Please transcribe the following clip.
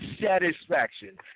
satisfaction